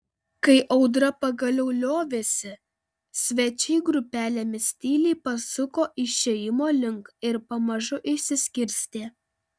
kai audra pagaliau liovėsi svečiai grupelėmis tyliai pasuko išėjimo link ir pamažu išsiskirstė